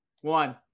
One